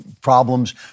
problems